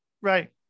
right